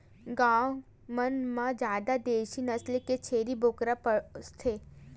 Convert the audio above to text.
गाँव मन म जादा देसी नसल के छेरी बोकरा पोसथे